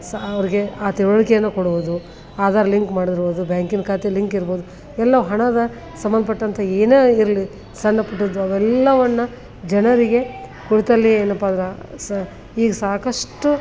ಅವ್ರಿಗೆ ಆ ತಿಳುವಳಿಕೆಯನ್ನು ಕೊಡುವುದು ಆಧಾರ್ ಲಿಂಕ್ ಮಾಡೋದಿರ್ಬೋದು ಬ್ಯಾಂಕಿನ ಖಾತೆ ಲಿಂಕ್ ಇರ್ಬೋದು ಎಲ್ಲ ಹಣದ ಸಂಬಂಧಪಟ್ಟಂತ ಏನೇ ಆಗಿರಲಿ ಸಣ್ಣ ಪುಟ್ಟದ್ದು ಅವೆಲ್ಲವನ್ನು ಜನರಿಗೆ ಕುಳಿತಲ್ಲಿಯೇ ಏನಪ್ಪಾಂದ್ರೆ ಸ ಈಗ ಸಾಕಷ್ಟು